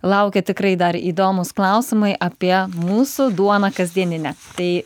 laukia tikrai dar įdomūs klausimai apie mūsų duoną kasdieninę tai